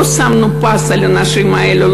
לא שמנו פס על האנשים האלו,